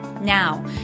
Now